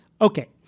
Okay